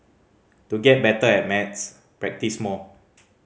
to get better at maths practise more